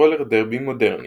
רולר דרבי מודרני